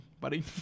buddy